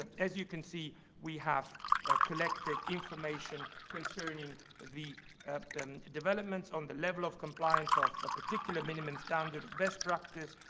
ah as you can see we have ah collected information concerning the developments on the level of compliance of a particular minimum standard, best practice,